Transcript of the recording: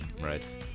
right